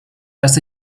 dass